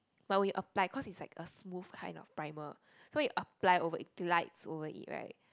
while we apply cause it's like a smooth kind of primer so you apply it glides over it right